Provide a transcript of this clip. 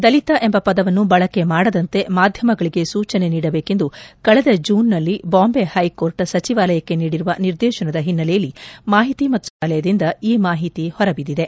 ದಲಿತ ಎಂಬ ಪದವನ್ನು ಬಳಕೆ ಮಾಡದಂತೆ ಮಾಧ್ಯಮಗಳಿಗೆ ಸೂಚನೆ ನೀಡಬೇಕೆಂದು ಕಳೆದ ಜೂನ್ನಲ್ಲಿ ಬಾಂಬೈ ಹೈಕೋರ್ಟ್ ಸಚಿವಾಲಯಕ್ಕೆ ನೀಡಿರುವ ನಿರ್ದೇತನದ ಹಿನ್ನೆಲೆಯಲ್ಲಿ ಮಾಹಿತಿ ಮತ್ತು ಪ್ರಸಾರ ಸಚಿವಾಲಯದಿಂದ ಈ ಮಾಹಿತಿ ಹೊರಬಿದ್ದಿದೆ